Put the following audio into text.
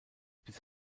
bis